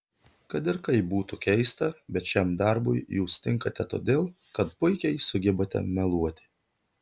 kad ir kaip būtų keista bet šiam darbui jūs tinkate todėl kad puikiai sugebate meluoti